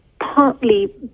partly